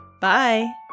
Bye